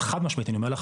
חד משמעית אני אומר לך,